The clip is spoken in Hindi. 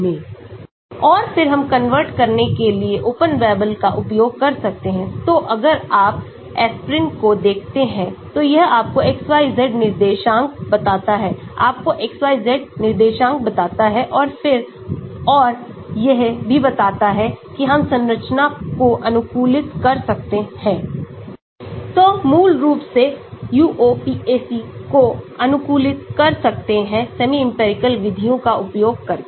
Refer Slide Time 1705 और फिर हम कन्वर्ट करने के लिएओपन बाबेल का उपयोग कर सकते हैंतो अगर आप एस्पिरिन को देखते हैं तो यह आपको XYZ निर्देशांक बताता है आपको XYZ निर्देशांक बताता है और फिर और यह भी बताता है कि हम संरचना को अनुकूलित कर सकते हैं तो मूल रूप से UOPAC को अनुकूलित कर सकते हैं सेमी इंपिरिकल विधियों का उपयोगकरके